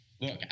Look